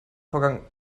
vorgang